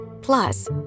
plus